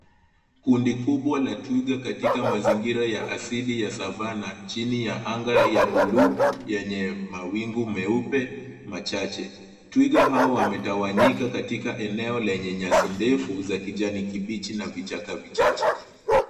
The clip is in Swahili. Kundi kubwa la twiga katika mazingira ya asili ya savannah chini ya anga ya buluu yenye mawingu meupe machache, twiga hao wametawanyika katika eneo lenye nyasi ndefu za kijani kibichi na vichaka vichache.